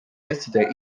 yesterday